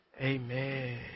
Amen